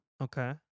Okay